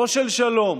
לא של שלום,